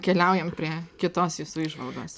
keliaujam prie kitos jūsų įžvalgos